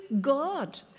God